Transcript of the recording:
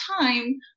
time